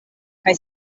kaj